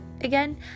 again